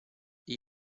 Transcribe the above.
gli